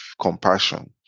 compassion